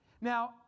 Now